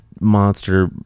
monster